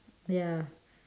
ya